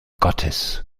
gottes